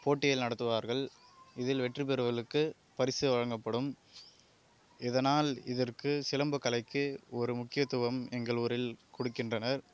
போட்டிகள் நடத்துவார்கள் இதில் வெற்றி பெறுபவர்களுக்கு பரிசு வழங்கப்படும் இதனால் இதற்கு சிலம்பு கலைக்கு ஒரு முக்கியத்துவம் எங்கள் ஊரில் கொடுக்கின்றனர்